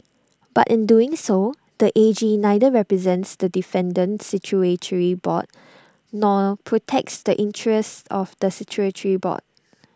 but in doing so the A G neither represents the defendant statutory board nor protects the interests of the statutory board